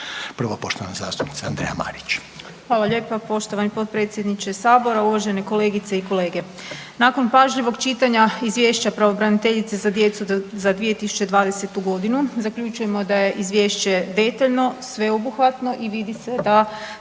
Prvo poštovana zastupnica Andreja Marić.